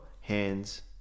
hands